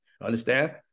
understand